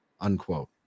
unquote